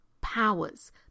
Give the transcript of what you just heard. powers